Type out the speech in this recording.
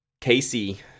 Casey